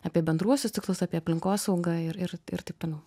apie bendruosius tikslus apie aplinkosaugą ir ir ir taip toliau